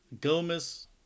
Gomez